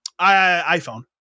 iPhone